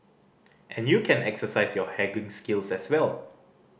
and you can exercise your skills as well